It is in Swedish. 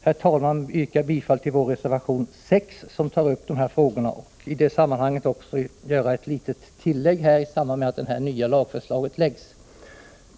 herr talman, yrka bifall till vår reservation 6, som tar upp de här frågorna, och i det sammanhanget göra ett tillägg med anledning av det nya lagförslaget.